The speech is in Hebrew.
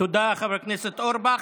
תודה, חבר הכנסת אורבך.